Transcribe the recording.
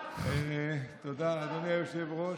תודה, אדוני היושב-ראש.